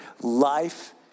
Life